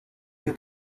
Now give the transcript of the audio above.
энэ